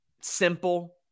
Simple